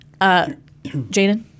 Jaden